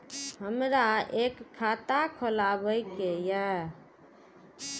हमरा एक खाता खोलाबई के ये?